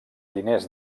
diners